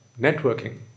Networking